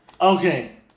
Okay